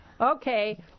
Okay